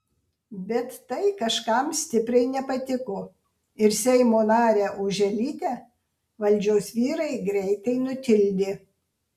bet tai kažkam stipriai nepatiko ir seimo narę oželytę valdžios vyrai greitai nutildė